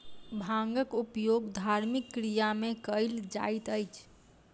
भांगक उपयोग धार्मिक क्रिया में कयल जाइत अछि